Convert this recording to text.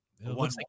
One